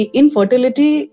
infertility